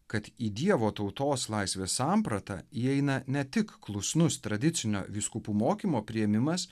kad į dievo tautos laisvės sampratą įeina ne tik klusnus tradicinio vyskupų mokymo priėmimas